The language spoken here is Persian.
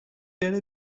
بره